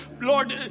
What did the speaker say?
Lord